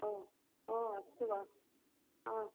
ओ ओ अस्तु वा हा